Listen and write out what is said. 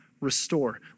restore